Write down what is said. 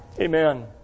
Amen